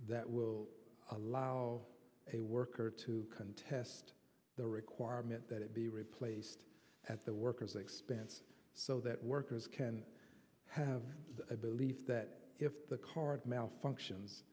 that will allow a worker to contest the requirement that it be replaced at the workers expense so that workers can have a belief that if the card malfunctions